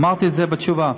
אמרתי את זה בתשובה.